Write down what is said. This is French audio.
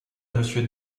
monsieur